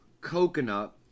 coconut